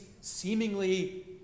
seemingly